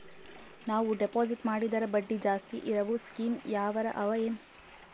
ನಾವು ಡೆಪಾಜಿಟ್ ಮಾಡಿದರ ಬಡ್ಡಿ ಜಾಸ್ತಿ ಇರವು ಸ್ಕೀಮ ಯಾವಾರ ಅವ ಏನ?